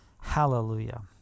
Hallelujah